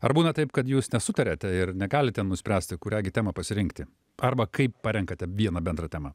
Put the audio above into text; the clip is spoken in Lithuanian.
ar būna taip kad jūs nesutariate ir negalite nuspręsti kurią gi temą pasirinkti arba kaip parenkate vieną bendrą temą